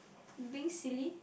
being silly